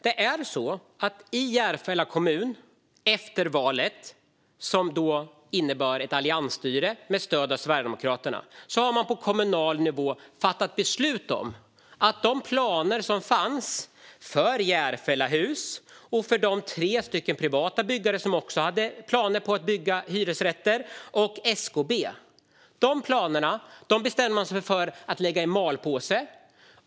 I Järfälla kommun har man efter valet, som innebar ett alliansstyre med stöd av Sverigedemokraterna, på kommunal nivå fattat beslut om att de planer som fanns för Järfällahus, för de tre privata byggare som hade planer på att bygga hyresrätter och för SKB skulle läggas i malpåse.